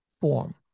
form